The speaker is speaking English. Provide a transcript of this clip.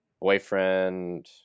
boyfriend